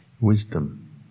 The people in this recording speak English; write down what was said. wisdom